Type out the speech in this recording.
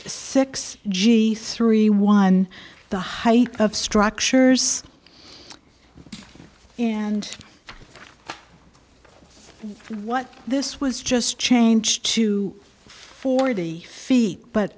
six g three one the height of structures and what this was just changed to forty feet but